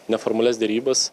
neformalias derybas